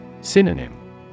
Synonym